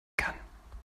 kann